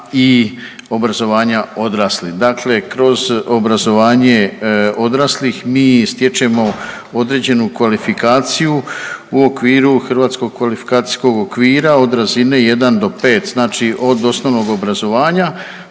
i obrazovanja odraslih. Dakle, kroz obrazovanje odraslih mi stječemo određenu kvalifikaciju u okviru Hrvatskog kvalifikacijskog okvira od razine 1 do 5, znači od osnovnog obrazovanja